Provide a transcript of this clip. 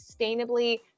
sustainably